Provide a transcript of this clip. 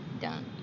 Done